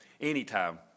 anytime